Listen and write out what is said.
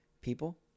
people